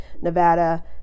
Nevada